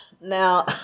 Now